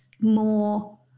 more